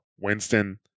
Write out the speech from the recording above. winston